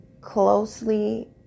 closely